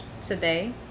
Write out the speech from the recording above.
today